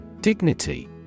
Dignity